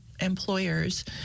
employers